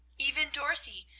even dorothy,